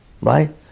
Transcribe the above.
Right